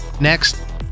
Next